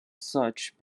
such